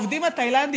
גם העובדים התאילנדים,